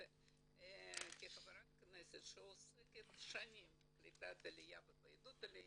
אבל כחברת כנסת שעוסקת שנים בקליטת עליה ובעידוד העלייה,